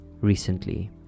recently